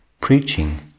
preaching